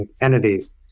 entities